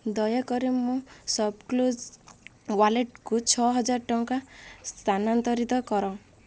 ଦୟାକରି ମୋ ସପ୍କ୍ଲୁଜ୍ ୱାଲେଟ୍କୁ ଛଅହଜାର ଟଙ୍କା ସ୍ଥାନାନ୍ତରିତ କର